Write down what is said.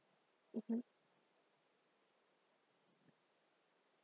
mmhmm